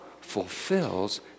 fulfills